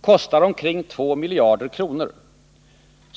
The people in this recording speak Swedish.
kostar omkring 2 miljarder kronor.